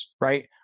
right